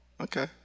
Okay